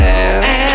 ass